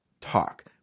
talk